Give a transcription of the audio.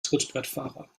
trittbrettfahrer